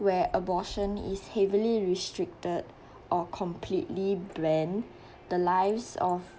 where abortion is heavily restricted or completely banned the lives of